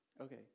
Okay